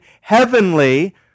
heavenly